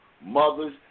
mothers